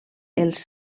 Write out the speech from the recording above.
els